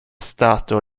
stato